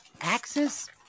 axis